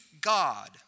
God